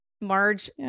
Marge